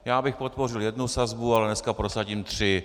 Já bych podpořil jednu sazbu, ale dnes prosadím tři.